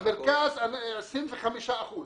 המרכז מהווה 25 אחוזים.